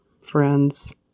friends